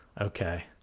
Okay